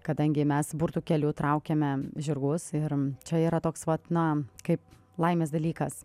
kadangi mes burtų keliu traukiame žirgus ir čia yra toks vat na kaip laimės dalykas